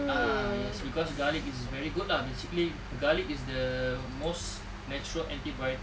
ah yes cause garlic is very good lah basically garlic is the most natural antibiotic